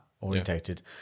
orientated